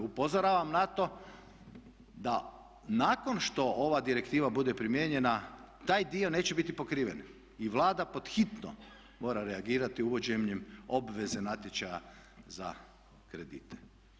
Upozoravam na to da nakon što ova direktiva bude primjenjena taj dio neće biti pokriven i Vlada pod hitno mora reagirati uvođenjem obveze natječaja za kredite.